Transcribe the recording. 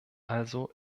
also